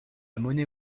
monnaie